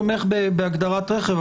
תומך בהגדרת רכב,